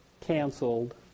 canceled